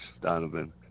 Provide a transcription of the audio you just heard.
Donovan